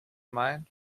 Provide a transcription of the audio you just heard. mind